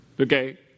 Okay